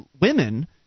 women